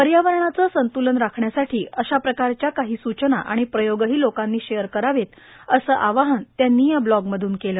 पर्यावरणाचा संतुलन राखण्यासाठी अशा प्रकारच्या सुचना आणि प्रयोग लोकांनी ीअर करावे असं आवाहनही त्यांनी या ब्लॉगमपून केलं